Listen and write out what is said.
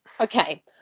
okay